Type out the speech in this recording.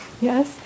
yes